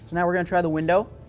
now we're going to try the window.